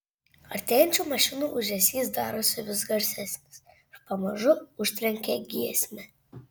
artėjančių mašinų ūžesys darosi vis garsesnis ir pamažu užtrenkia giesmę